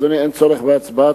אדוני, אין צורך בהצבעה.